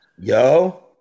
Yo